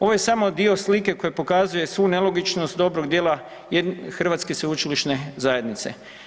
Ovo je samo dio slike koja pokazuje svu nelogičnost dobrog dijela hrvatske sveučilišne zajednice.